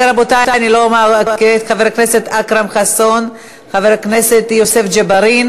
התשע"ו 2016, עברה בקריאה